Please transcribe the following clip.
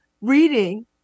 reading